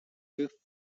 fifth